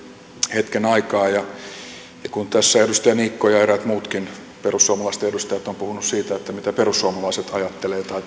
hetken aikaa kun tässä edustaja niikko ja eräät muutkin perussuomalaisten edustajat ovat puhuneet siitä mitä perussuomalaiset ajattelevat tai